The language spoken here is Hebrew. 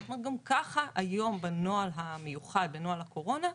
גם ככה היום בנוהל המיוחד, בנוהל הקורונה,